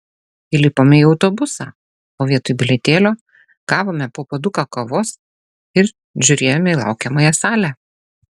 įlipome į autobusą o vietoj bilietėlio gavome po puoduką kavos ir žiūrėjome į laukiamąją salę